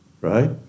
right